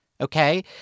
okay